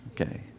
Okay